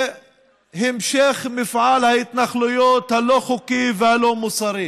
והמשך מפעל ההתנחלויות הלא-חוקי והלא-מוסרי,